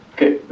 Okay